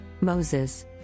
Moses